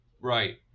Right